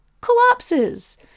collapses